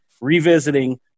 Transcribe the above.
revisiting